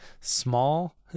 small